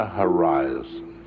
horizon